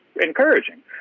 encouraging